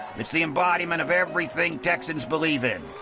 it's the embodiment of everything texans believe in.